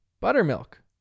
buttermilk